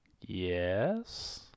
Yes